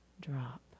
drop